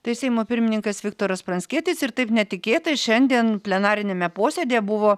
tai seimo pirmininkas viktoras pranckietis ir taip netikėtai šiandien plenariniame posėdyje buvo